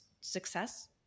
success